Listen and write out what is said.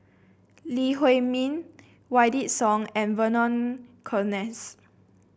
Lee Huei Min Wykidd Song and Vernon Cornelius